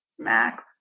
Max